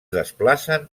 desplacen